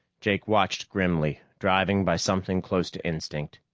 jake watched grimly, driving by something close to instinct.